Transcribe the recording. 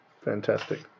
fantastic